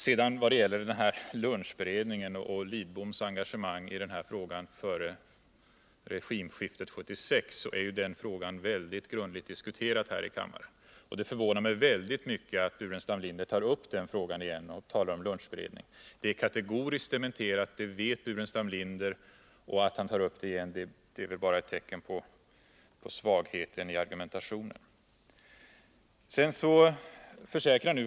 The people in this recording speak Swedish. Vad det sedan gäller den här lunchberedningen och Carl Lidboms engagemang i denna fråga före regimskiftet 1976, så är den ju väldigt grundligt diskuterad här i kammaren, och det förvånar mig mycket att Staffan Burenstam Linder tar upp frågan igen och talar om lunchberedning. Detta är kategoriskt dementerat. Det vet Staffan Burenstam Linder, och att han nu tar upp frågan igen är väl bara ett tecken på svagheten i argumentationen.